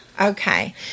Okay